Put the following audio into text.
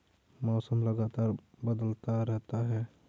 मौसम लगातार बदलता रहता है